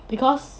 because